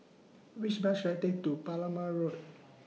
Which Bus should I Take to Palmer Road